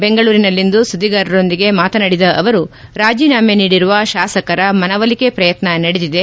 ಬೆಂಗಳೂರಿನಲ್ಲಿಂದು ಸುದ್ದಿಗಾರರೊಂದಿಗೆ ಮಾತನಾಡಿದ ಅವರು ರಾಜೀನಾಮೆ ನೀಡಿರುವ ಶಾಸಕರ ಮನವೊಲಿಕೆ ಪ್ರಯತ್ನ ನಡೆದಿದೆ